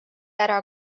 ära